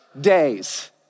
days